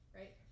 right